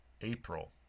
April